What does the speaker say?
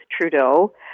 Trudeau